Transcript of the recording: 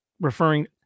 referring